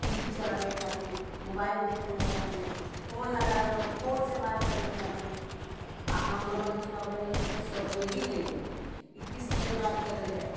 T V चलाने ख़ातिर mobile देखने ख़ातिर फोन लगा दो तो फोन से बात करने खाती हम लोग के का बोला यह को क्या शऊर ही नहीं है कि किस तरह बात करी जाए